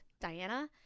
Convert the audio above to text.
Diana